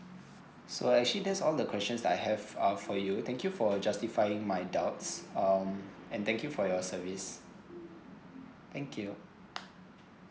so actually that's all the questions that I have uh for you thank you for a justifying my doubts um and thank you for your service thank you